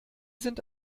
sind